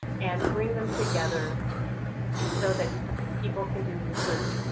and bring them together so that people can do research,